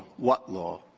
what law?